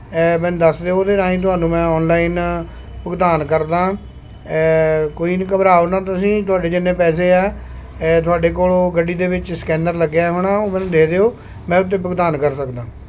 ਮੈਨੂੰ ਦੱਸ ਦਿਓ ਉਹਦੇ ਰਾਹੀਂ ਤੁਹਾਨੂੰ ਮੈਂ ਔਨਲਾਈਨ ਭੁਗਤਾਨ ਕਰਦਾਂ ਕੋਈ ਨਹੀਂ ਘਬਰਾਓ ਨਾ ਤੁਸੀਂ ਤੁਹਾਡੇ ਜਿੰਨੇ ਪੈਸੇ ਹੈ ਤੁਹਾਡੇ ਕੋਲ ਓ ਗੱਡੀ ਦੇ ਵਿੱਚ ਸਕੈਨਰ ਲੱਗਿਆ ਹੋਣਾ ਉਹ ਮੈਨੂੰ ਦੇ ਦਿਓ ਮੈਂ ਉਹਦੇ 'ਤੇ ਭੁਗਤਾਨ ਕਰ ਸਕਦਾਂ